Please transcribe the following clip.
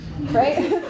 right